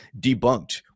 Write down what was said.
debunked